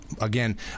again